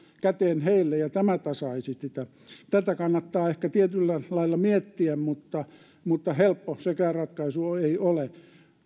käteen heille ja tämä tasaisi sitä tätä kannattaa ehkä tietyllä lailla miettiä mutta mutta helppo sekään ratkaisu ei ole